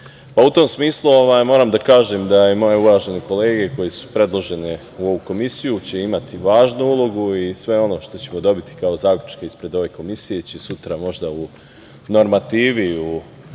U tom smislu moram da kažem da moje uvažene kolege koje su predložene u ovu komisiju će imati važnu ulogu i sve ono što ćemo dobiti kao zaključak ispred ove komisije će sutra u normativi u izmeni